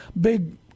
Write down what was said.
big